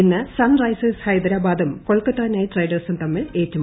ഇന്ന് സൺറൈസേഴ്സ് ഹൈദ്രാബാദും കൊൽക്കത്ത നൈറ്റ് റൈഡേഴ് സും തമ്മിൽ ഏറ്റുമുട്ടും